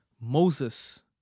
Moses